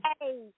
Hey